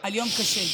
על יום קשה.